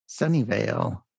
Sunnyvale